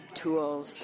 tools